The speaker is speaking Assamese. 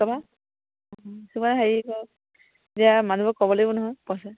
এতিয়া মানুহবোৰক ক'ব লাগিব নহয় পইচা